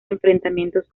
enfrentamientos